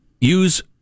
use